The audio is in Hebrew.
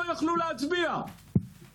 לדעת שממשלת ישראל תעשה הכול עבור שוויון בנטל?